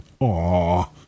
Aww